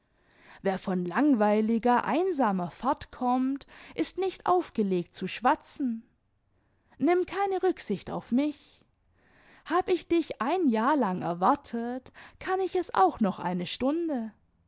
wer von langweiliger einsamer fahrt kommt ist nicht aufgelegt zu schwatzen nimm keine rücksicht auf mich hab ich dich ein jahr lang erwartet kann ich es auch noch eine stunde